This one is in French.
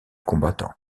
combattant